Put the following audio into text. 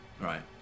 right